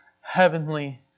heavenly